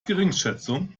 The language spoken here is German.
geringschätzung